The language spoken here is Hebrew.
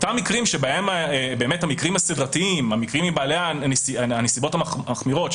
אותם מקרים שבהם מדובר על סדרתיים או מקרים בנסיבות מחמירות,